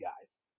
guys